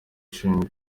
ashinjwa